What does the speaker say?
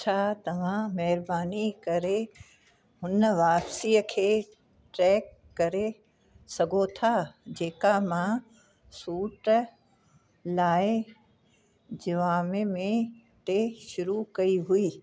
छा तव्हां महिरबानी करे हुन वापसीअ खे ट्रैक करे सघो था जेका मां सूट लाइ जिवामें में ते शुरू कई हुई